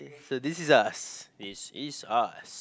so this is us this is us